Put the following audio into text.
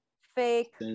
Fake